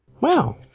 Wow